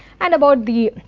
and about the